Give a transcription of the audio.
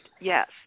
yes